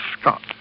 Scott